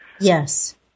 Yes